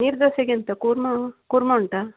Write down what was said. ನೀರುದೋಸೆಗೆಂತ ಕೂರ್ಮ ಉ ಕೂರ್ಮ ಉಂಟಾ